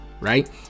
Right